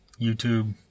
YouTube